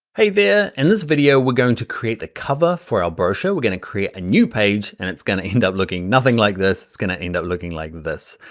hey there, in this video, we're going to create the cover for our brochure, we're gonna create a new page and it's gonna end up looking nothing like this, it's gonna end up looking like this.